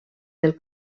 del